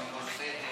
הממוסדת